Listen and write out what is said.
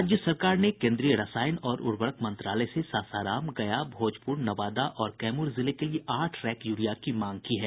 राज्य सरकार ने केंद्रीय रसायन और उर्वरक मंत्रालय से सासाराम गया भोजपुर नवादा और कैमूर जिले के लिये आठ रैक यूरिया की मांग की है